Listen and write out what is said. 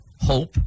hope